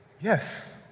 Yes